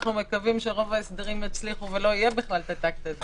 אנחנו מקווים שרוב ההסדרים יצליחו ובכלל לא יהיה הטאקט הזה.